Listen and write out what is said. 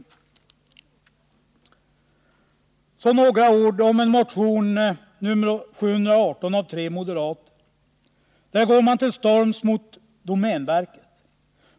Så några ord om motion 718, väckt av tre moderater. Där går man till storms mot domänverket.